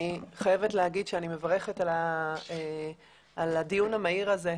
אני חייבת להגיד שאני מברכת על הדיון המהיר הזה,